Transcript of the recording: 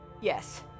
yes